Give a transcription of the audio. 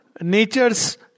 nature's